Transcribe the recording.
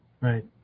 right